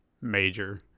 major